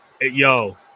Yo